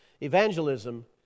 Evangelism